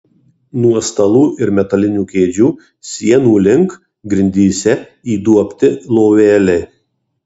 nuo stalų ir metalinių kėdžių sienų link grindyse įduobti loveliai